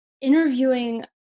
interviewing